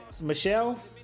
Michelle